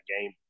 game